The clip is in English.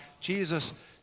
Jesus